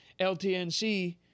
LTNC